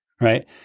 Right